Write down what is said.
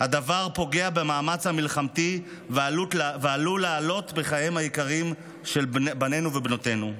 הדבר פוגע במאמץ המלחמתי ועלול לעלות בחייהם היקרים של בנינו ובנותינו.